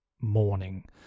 morning